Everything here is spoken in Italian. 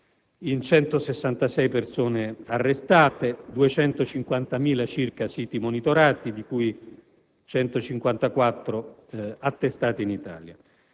in 166 persone arrestate, circa 250.000 siti monitorati, di cui 154 attestati in Italia.